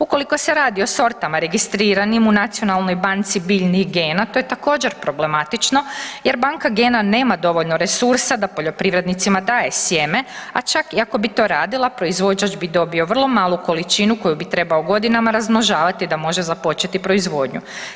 Ukoliko se radi o sortama registriranim u nacionalnoj banci biljnih gena to je također problematično jer banka gena nema dovoljno resursa da poljoprivrednicima daje sjeme, a čak i ako bi to radila proizvođač bi dobio vrlo malu količinu koju bi trebao godinama razmnožavati da može započeti proizvodnju.